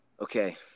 Okay